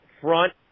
front